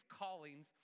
callings